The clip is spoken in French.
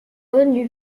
n’eut